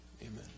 amen